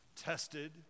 tested